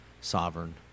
sovereign